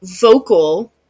vocal